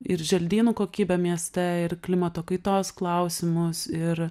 ir želdynų kokybę mieste ir klimato kaitos klausimus ir